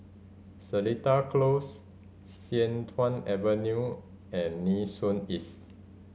Seletar Close Sian Tuan Avenue and Nee Soon East